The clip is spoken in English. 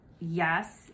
yes